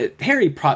Harry